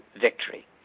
victory